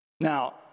now